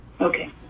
Okay